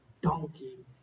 donkey